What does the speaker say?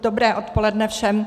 Dobré odpoledne všem.